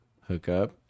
hookup